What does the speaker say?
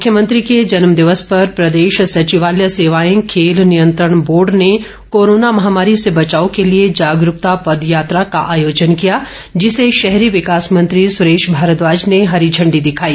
मुख्यमंत्री के जन्म दिवस पर प्रदेश सचिवालय सेवाए खेल नियंत्रण बोर्ड ने कोरोना महामारी से बचाव के लिए जागरूकता पदयात्रा का आयोजन किया जिसे शहरी विकास मंत्री सुरेश भारद्वाज ने हरी इंडी दिखाई